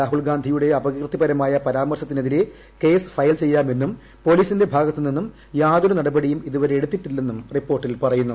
രാഹുൽ ഗാന്ധിയുടെ അപകീർത്തികരമായ പരാമർശത്തിനെതിരെ കേസ് ഫയൽ ചെയ്യാമെന്നും പൊലീസിന്റെ ഭാഗത്ത് നിന്നും യാതൊരു നടപടിയും ഇതുവരെ എടുത്തിട്ടില്ലെന്നും റിപ്പോർട്ടിൽ പറയുന്നു